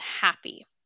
happy